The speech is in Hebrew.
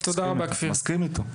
מסכים איתו.